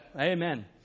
Amen